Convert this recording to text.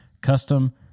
custom